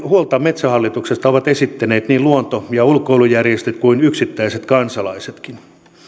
huolta metsähallituksesta ovat esittäneet niin luonto ja ulkoilujärjestöt kuin yksittäiset kansalaisetkin